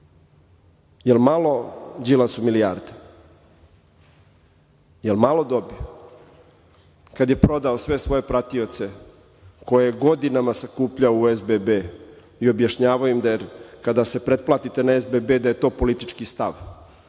malo Đilasu milijarda? Da li je malo dobio kada je prodao sve svoje pratioce koje je godinama sakupljao u SBB i objašnjavao im kada se pretplatite na SBB da je to politički stav?